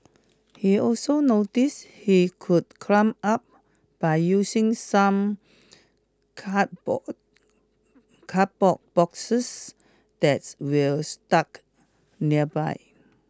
he also noticed he could climb up by using some cardboard cardboard boxes that's were stuck nearby